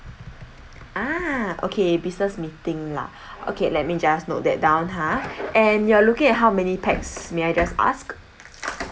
ah okay business meeting lah okay let me just note that down ha and you are looking at how many pax may I just ask